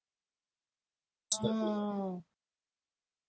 no